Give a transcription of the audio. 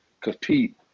compete